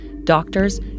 Doctors